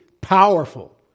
powerful